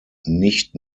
nicht